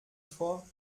vor